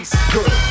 Good